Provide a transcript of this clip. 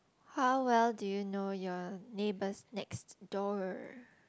how well do you know your neighbours next door